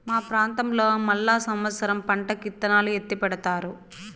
మా ప్రాంతంలో మళ్ళా సమత్సరం పంటకి ఇత్తనాలు ఎత్తిపెడతారు